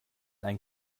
ein